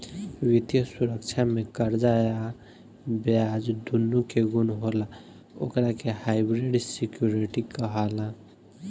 वित्तीय सुरक्षा में कर्जा आ ब्याज दूनो के गुण होला ओकरा के हाइब्रिड सिक्योरिटी कहाला